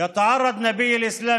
האסלאם